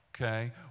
Okay